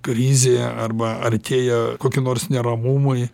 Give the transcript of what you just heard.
krizė arba artėja koki nors neramumai